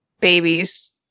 babies